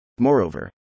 Moreover